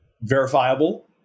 verifiable